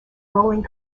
rolling